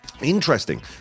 Interesting